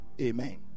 Amen